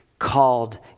Called